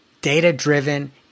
data-driven